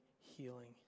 healing